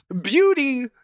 Beauty